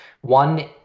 One